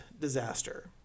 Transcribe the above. disaster